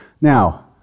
Now